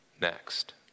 next